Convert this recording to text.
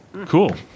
Cool